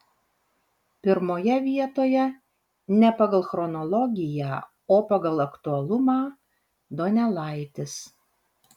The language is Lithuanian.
pirmoje vietoje ne pagal chronologiją o pagal aktualumą donelaitis